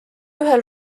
ühel